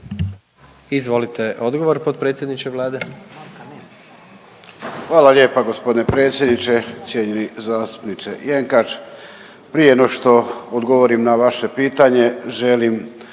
Izvolite odgovor predsjedniče Vlade.